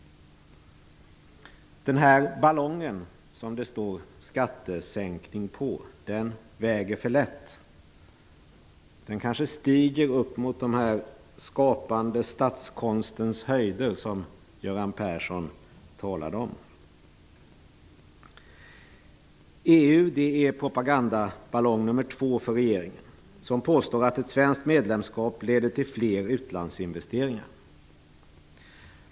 Ballongen som det står skattesänkning på väger för lätt. Den kanske stiger upp mot de skapande statskonstens höjder, som Göran Persson talade om. EU är propagandaballong nummer två för regeringen, som påstår att ett svenskt medlemskap leder till fler utlandsinvesteringar.